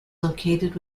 located